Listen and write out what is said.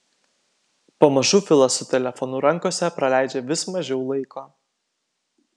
pamažu filas su telefonu rankose praleidžia vis mažiau laiko